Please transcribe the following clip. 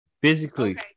Physically